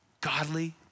godly